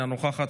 אינה נוכחת,